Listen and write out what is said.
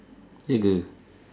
ya ke